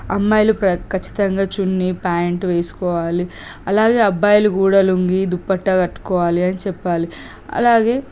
అమ్మాయిలు ప్ర ఖచ్చితంగా చున్నీ ప్యాంట్ వేసుకోవాలి అలాగే అబ్బాయిలు కూడా లుంగీ దుప్పట కట్టుకోవాలి అని చెప్పాలి అలాగే